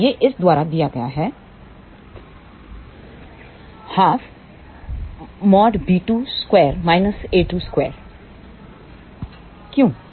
तो यह इस द्वारा दिया गया है½⎥b2⎥2 ⎥a2⎥2 क्यों